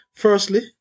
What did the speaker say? Firstly